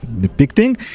depicting